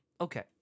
Okay